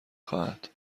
خواهد